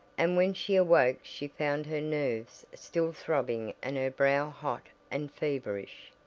and when she awoke she found her nerves still throbbing and her brow hot and feverish.